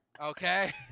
Okay